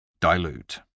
Dilute